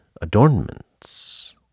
adornments